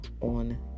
on